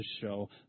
show